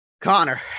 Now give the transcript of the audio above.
Connor